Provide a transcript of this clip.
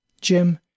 Jim